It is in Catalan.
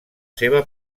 seva